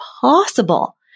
possible